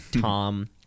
tom